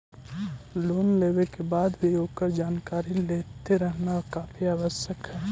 loan लेवे के बाद भी ओकर जानकारी लेते रहना काफी आवश्यक हइ